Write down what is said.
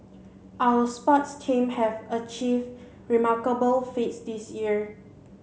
our sports team have achieved remarkable feats this year